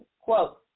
Quote